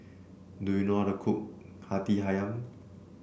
do you know how to cook Hati ayam